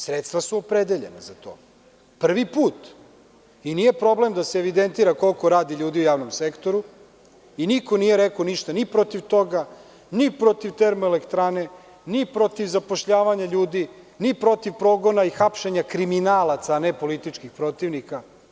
Sredstva su opredeljena za to, prvi put, i nije problem da se evidentira koliko radi ljudi u javnom sektoru i niko nije rekao ništa ni protiv toga, ni protiv termoelektrane, ni protiv zapošljavanja ljudi, ni protiv progona i hapšenja kriminalaca, a ne političkih protivnika.